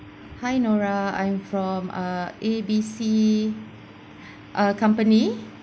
hi nora I'm from uh A B C uh accompany